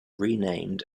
renamed